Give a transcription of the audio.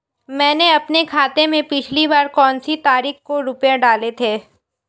मैंने अपने खाते में पिछली बार कौनसी तारीख को रुपये डाले थे?